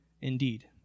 indeed